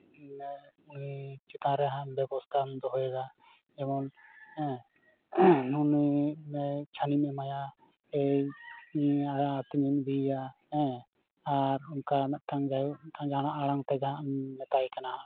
ᱩᱱᱤ ᱪᱮᱛᱟᱱ ᱨᱮ ᱦᱟᱸᱜ ᱵᱮᱵᱚᱥᱛᱟᱢ ᱫᱮᱦᱮᱭᱫᱟ ᱡᱮᱢᱚᱱ ᱩᱱᱤ ᱪᱷᱟᱹᱱᱤᱢ ᱮᱢᱟᱭᱟ ᱮᱭ ᱟᱛᱤᱧᱮᱢ ᱤᱫᱤᱭᱮᱭᱟ ᱦᱮᱸ ᱟᱨ ᱚᱱᱠᱟ ᱢᱤᱫᱴᱟᱱ ᱡᱟᱦᱟᱱᱟᱜ ᱟᱲᱟᱝᱛᱮ ᱡᱟᱦᱟᱱᱟᱜ ᱮᱢ ᱢᱮᱛᱟᱭ ᱠᱟᱱᱟ ᱦᱟᱸᱜ ᱠᱷᱟᱱ